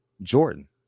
jordan